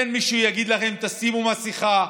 אין מי שיגיד להם: תשימו מסכה,